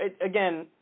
again